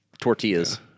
tortillas